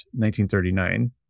1939